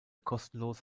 kostenlos